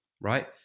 right